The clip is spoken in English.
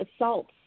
assaults